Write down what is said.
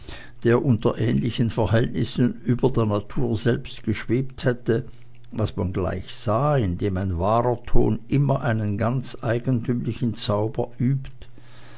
der unter ähnlichen verhältnissen über der natur selbst geschwebt hätte was man gleich sah indem ein wahrer ton immer einen ganz eigentümlichen zauber übt